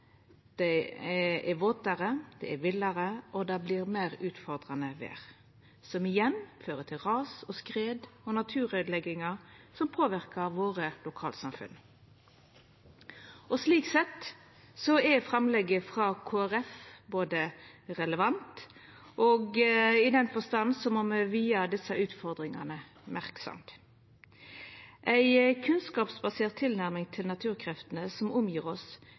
Det er våtare og villare, og det vert meir utfordrande vêr, noko som igjen fører til ras og skred og naturøydeleggingar som påverkar lokalsamfunna våre. Slik sett er framlegget frå Kristeleg Folkeparti relevant, i den forstand at me må via desse utfordringane merksemd. Ei kunnskapsbasert tilnærming til naturkreftene som omgjev oss,